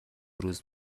روز